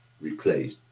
replaced